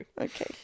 Okay